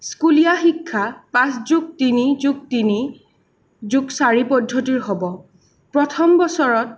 স্কুলীয়া শিক্ষা পাঁচ যোগ তিনি যোগ তিনি যোগ চাৰি পদ্ধতিৰ হ'ব প্ৰথম বছৰত